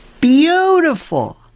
beautiful